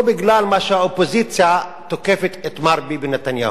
ולא בגלל מה שהאופוזיציה תוקפת עליו את מר ביבי נתניהו.